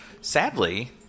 Sadly